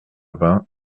vingts